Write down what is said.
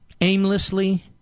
aimlessly